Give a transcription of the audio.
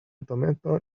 dometo